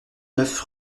neuf